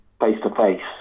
face-to-face